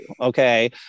okay